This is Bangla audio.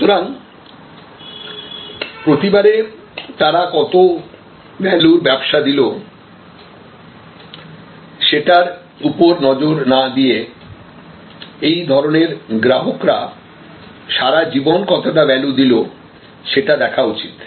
সুতরাং প্রতিবারে তারা কত ভ্যালুর ব্যবসা দিল সেটার উপর নজর না দিয়ে এই ধরনের গ্রাহকরা সারা জীবন কতটা ভ্যালু দিল সেটা দেখা উচিত